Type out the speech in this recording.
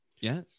yes